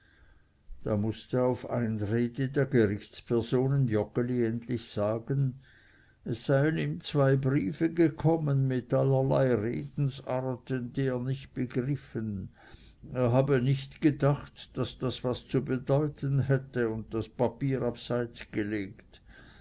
da mußte auf die einrede der gerichtspersonen joggeli endlich sagen es seien ihm zwei briefe gekommen mit allerlei redensarten die er nicht begriffen er habe nicht gedacht daß das was zu bedeuten hätte und das papier abseits gelegt